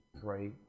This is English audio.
pray